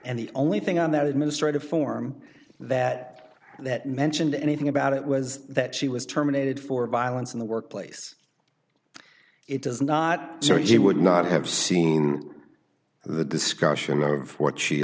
and the only thing on that administrative form that that mentioned anything about it was that she was terminated for violence in the workplace it does not so you would not have seen the discussion of what she